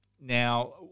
now